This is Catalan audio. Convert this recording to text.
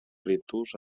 ritus